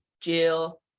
Jill